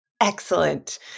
Excellent